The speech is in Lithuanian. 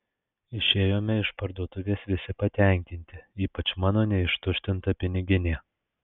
išėjome iš parduotuvės visi patenkinti ypač mano neištuštinta piniginė